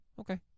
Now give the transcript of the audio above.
okay